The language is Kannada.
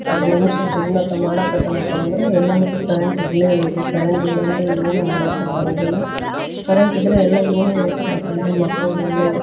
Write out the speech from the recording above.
ಒಬ್ಬ ಮನುಷ್ಯ ಜೀವನ ಅಂತ ಮಾಡಾಕತ್ತಾನಪ್ಪ ಅಂದರೆ ಎಲ್ಲದಕ್ಕೂ ಕರೆಂಟ್ ಇರಲೇಬೇಕು ಕರೆಂಟಿಲ್ಲ ಅಂದರೆ ಏನು ಮಾಡಕ್ಕಾಗಂಗಿಲ್ಲ ಕರೆಂಟಿದ್ದರೆ ಎಲ್ಲ ಏನೇನು ಉಪಯೋಗ ಅಂದರೆ ಮಕ್ಳಿಗೆ ಒಳ್ಳೆಯ